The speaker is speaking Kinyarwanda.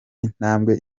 intambwe